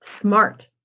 smart